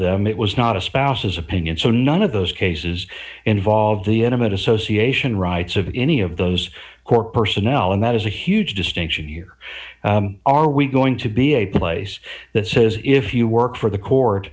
them it was not a spouse's opinion so none of those cases involve the intimate association rights of any of those court personnel and that is a huge distinction here are we going to be a place that says if you work for the court